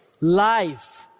life